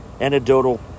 anecdotal